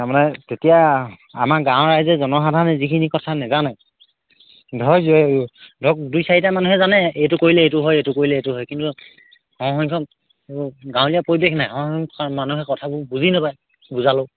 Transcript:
তাৰ মানে তেতিয়া আমাৰ গাঁৱৰ ৰাইজে জনসাধাৰণে যিখিনি কথা নাজানে ধৰক ধৰক দুই চাৰিটা মানুহে জানে এইটো কৰিলে এইটো হয় এইটো কৰিলে এইটো হয় কিন্তু প্ৰায়সংখ্যক গাঁৱলীয়া পৰিৱেশ নাই মানুহে কথাবোৰ বুজি নাপায় বুজালেও